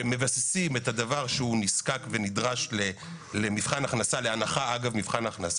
שמבססים את הדבר שהוא נזקק ונדרש להנחה אגב מבחן הכנסה.